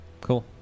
cool